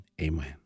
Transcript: Amen